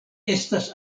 estas